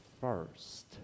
first